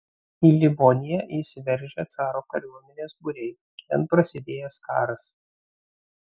į livoniją įsiveržę caro kariuomenės būriai ten prasidėjęs karas